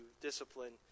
discipline